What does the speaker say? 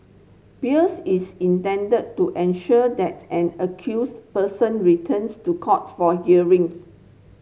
bails is intended to ensure that an accused person returns to court for hearings